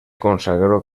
consagró